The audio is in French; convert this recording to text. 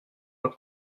pas